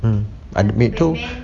mm